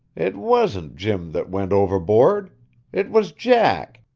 it wasn't jim that went overboard it was jack,